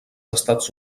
estats